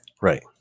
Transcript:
Right